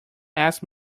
asked